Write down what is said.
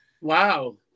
Wow